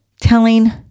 telling